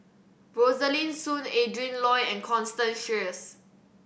Rosaline Soon Adrin Loi and Constance Sheares